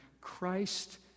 Christ